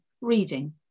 reading